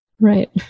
Right